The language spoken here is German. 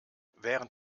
während